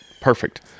perfect